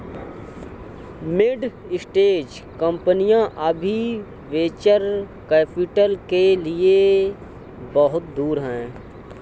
mid stage कंपनियां अभी venture capital के लिए बहुत दूर हैं